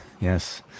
yes